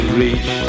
reach